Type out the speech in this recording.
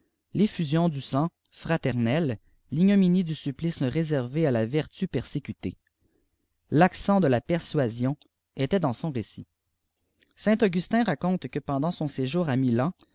laâal lefipusiondu sang fraternel l'ignominie du supplice réservé à la vertu persécutée l'accent de la persuasion était dsjns pn récit aint âugijin raconte que pendant son séjour à milan